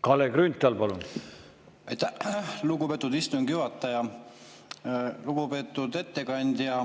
Kalle Grünthal, palun! Aitäh, lugupeetud istungi juhataja! Lugupeetud ettekandja!